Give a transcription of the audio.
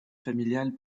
familiales